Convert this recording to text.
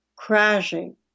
Crashing